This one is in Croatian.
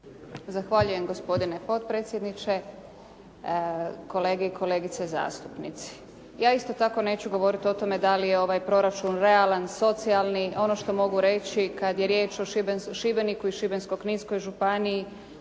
Zahvaljujem gospodine potpredsjedniče. Kolege i kolege zastupnici. Ja isto tako neću govoriti o tome dali je ovaj proračun realan, socijalni. Ono što mogu reći kada je riječ o Šibeniku i Šibensko-kninskoj županiji,